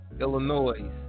Illinois